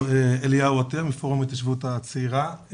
טוב, אליהו עטיה, מפורום ההתיישבות הצעירה.